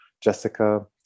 Jessica